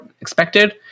expected